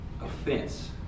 offense